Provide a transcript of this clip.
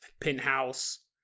penthouse